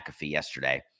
yesterday